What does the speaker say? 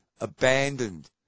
abandoned